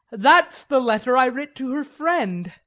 that's the letter i writ to her friend.